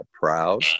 Proud